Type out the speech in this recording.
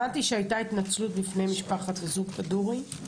הבנתי שהייתה התנצלות בפני משפחת הזוג כדורי,